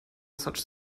such